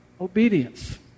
obedience